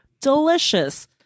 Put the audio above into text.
delicious